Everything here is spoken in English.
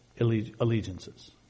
allegiances